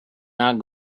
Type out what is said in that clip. not